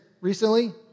recently